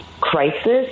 crisis